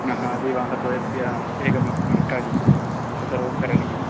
पुनः विवाहद्वयस्य एकम् अस्ति कार्यम् एतत्सर्वं करणीयम्